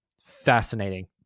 fascinating